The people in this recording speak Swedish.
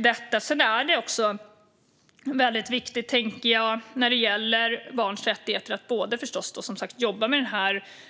Det var några ord om detta. När det gäller barns rättigheter är det också viktigt att jobba med